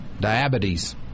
Diabetes